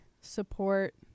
support